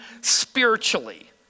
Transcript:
spiritually